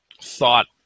thought